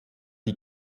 die